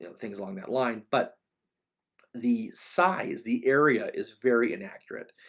and things along that line, but the size, the area is very inaccurate.